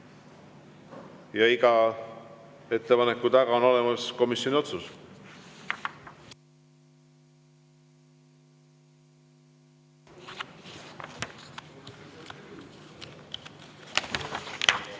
ja iga ettepaneku taga on olemas komisjoni otsus.